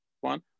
one